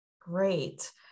Great